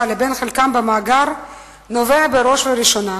לבין חלקם במאגר נובע בראש ובראשונה